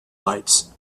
lights